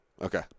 okay